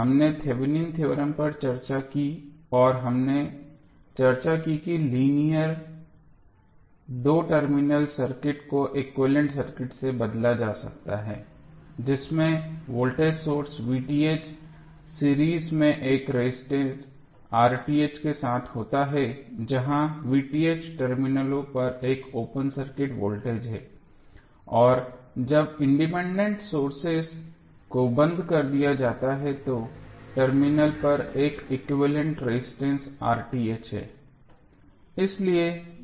हमने Thevenin theorem पर चर्चा की और हमने चर्चा की कि लीनियर दो टर्मिनल सर्किट को एक्विवैलेन्ट सर्किट से बदला जा सकता है जिसमें वोल्टेज सोर्स सीरीज में एक रजिस्टर के साथ होता है जहां टर्मिनलों पर एक ओपन सर्किट वोल्टेज है और जब इंडिपेंडेंट सोर्सेज को बंद कर दिया जाता है तो टर्मिनल पर एक एक्विवैलेन्ट रेजिस्टेंस है